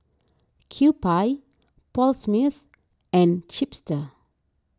Kewpie Paul Smith and Chipster